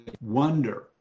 wonder